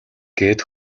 гээд